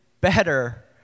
better